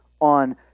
on